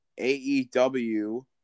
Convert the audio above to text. AEW